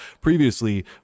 previously